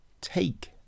take